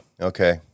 Okay